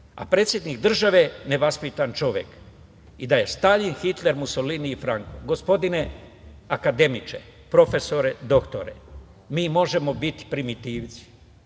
a predsednik države nevaspitan čovek i da je Staljin, Hitler, Musolini i Franko. Gospodine akademiče, profesore, doktore, mi možemo biti primitivci,